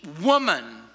woman